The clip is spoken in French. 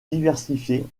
diversifiés